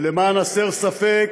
ולמען הסר ספק,